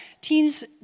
teens